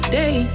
day